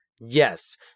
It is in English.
Yes